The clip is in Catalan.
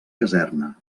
caserna